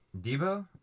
Debo